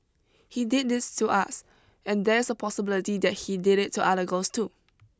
he did this to us and there is a possibility that he did it to other girls too